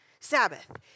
sabbath